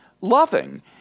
loving